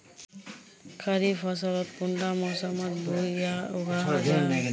खरीफ फसल कुंडा मोसमोत बोई या उगाहा जाहा?